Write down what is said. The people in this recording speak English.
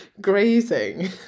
grazing